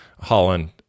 Holland